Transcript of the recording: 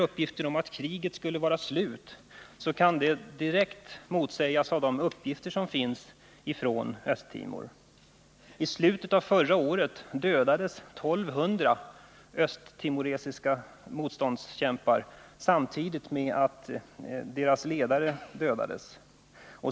Uppgiften att kriget skulle vara slut kan direkt motsägas av de uppgifter som finns från Östtimor. I slutet av förra året dödades 1 200 östtimoresiska motståndskämpar samtidigt med att deras ledare dödades.